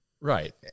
Right